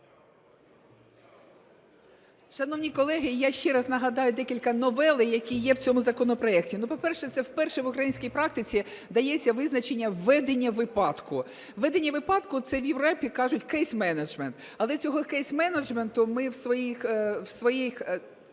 Шановні колеги, я ще раз нагадаю декілька новел, які є в цьому законопроекті. Ну, по-перше, це вперше в українській практиці дається визначення "ведення випадку". Ведення випадку – це в Європі кажуть "case management", але цього кейс-менеджменту ми в своїх